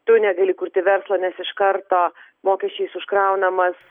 tu negali kurti verslo nes iš karto mokesčiais užkraunamas